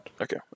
Okay